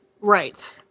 Right